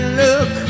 look